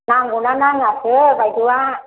नांगौना नाङासो बायद'आ